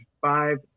five